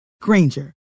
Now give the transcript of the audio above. Granger